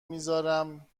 میذارم